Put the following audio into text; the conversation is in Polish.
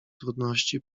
trudności